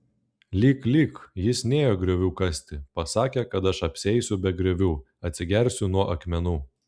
lyk lyk jis nėjo griovių kasti pasakė kad aš apsieisiu be griovių atsigersiu nuo akmenų